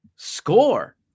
Score